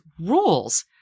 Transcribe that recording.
rules